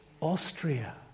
Austria